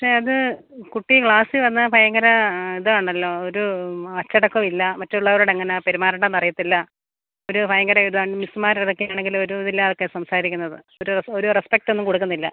പക്ഷെ അത് കുട്ടി ക്ലാസ്സിൽ വന്നാൽ ഭയങ്കര ഇതാണല്ലോ ഒരു അച്ചടക്കമില്ല മറ്റുള്ളവരോട് എങ്ങനെയാണ് പെരുമാറണ്ടത് എന്ന് അറിയത്തില്ല ഒരു ഭയങ്കര ഇതാണ് മിസ്സ്മാരോടൊക്കെ ആണെങ്കിൽ ഒരു ഇതില്ലാതെ ഒക്കെയാണ് സംസാരിക്കുന്നത് ഒരു ഒരു റെസ്പെക്ട് ഒന്നും കൊടുക്കുന്നില്ല